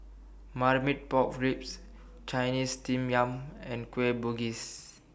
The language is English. Marmite Pork Ribs Chinese Steamed Yam and Kueh Bugis